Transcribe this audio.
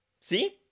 See